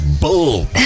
bull